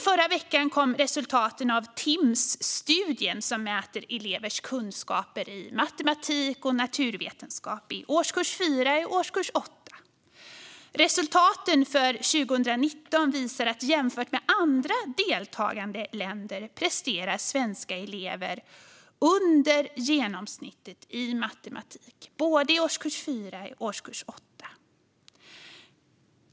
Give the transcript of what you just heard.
Förra veckan kom resultaten av Timsstudien, som mäter elevers kunskaper i matematik och naturvetenskap i årskurs 4 och årskurs 8. Resultaten för 2019 visar att svenska elever jämfört med andra deltagande länder presterar under genomsnittet i matematik. Det gäller både årskurs 4 och årskurs 8.